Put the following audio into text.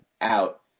out